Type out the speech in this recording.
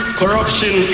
corruption